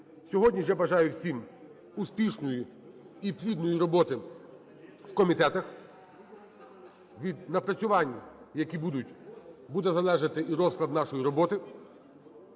Сьогодні ж я бажаю всім успішної і плідної роботи в комітетах. Від напрацювань, які будуть, буде залежати і розклад нашої роботи.